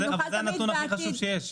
זה הנתון הכי חשוב שיש.